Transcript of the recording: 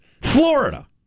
Florida